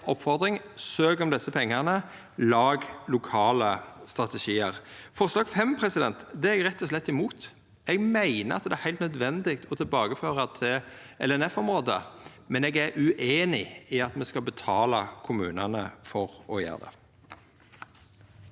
oppfordring: Søk om desse pengane, lag lokale strategiar. Forslag nr. 5 er eg rett og slett imot. Eg meiner at det er heilt nødvendig å tilbakeføra til LNFR-område, men eg er ueinig i at me skal betala kommunane for å gjera det.